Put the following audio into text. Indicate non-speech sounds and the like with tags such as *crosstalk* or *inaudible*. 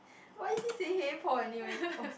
why is he saying hey Paul anyway oh *breath*